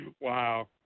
Wow